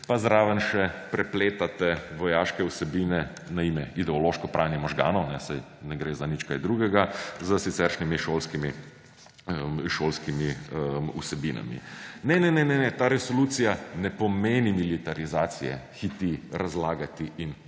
pa zraven še prepletate vojaške vsebine, ideološko pranje možganov ‒ saj ne gre za nič kaj drugega ‒ za siceršnjimi šolskimi vsebinami. »Ne, ne, ne, ne, ne! Ta resolucija ne pomeni militarizacije«, hiti razlagati in